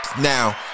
Now